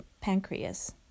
pancreas